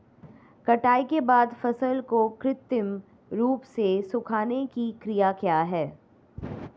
कटाई के बाद फसल को कृत्रिम रूप से सुखाने की क्रिया क्या है?